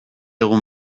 egun